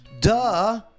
Duh